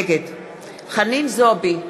נגד חנין זועבי,